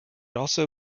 also